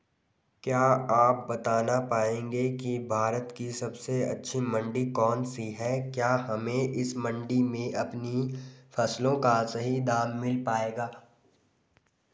क्या आप बताना पाएंगे कि भारत की सबसे अच्छी मंडी कौन सी है क्या हमें इस मंडी में अपनी फसलों का सही दाम मिल पायेगा?